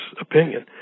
opinion